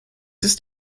ist